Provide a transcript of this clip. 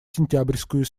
сентябрьскую